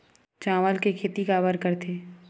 चावल के खेती काबर करथे?